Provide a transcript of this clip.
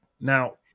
Now